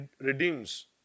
redeems